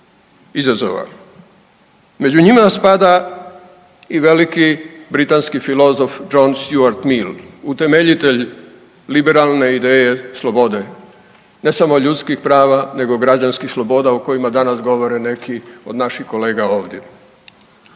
izazova. Među njima spada i veliki britanski filozof John Stuart Mill, utemeljitelj liberalne ideje slobode, ne samo ljudskih prava nego građanskih sloboda o kojima danas govore neki od naših kolega ovdje.